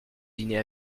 dîner